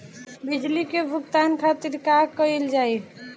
बिजली के भुगतान खातिर का कइल जाइ?